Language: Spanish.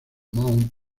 mount